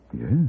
Yes